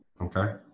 Okay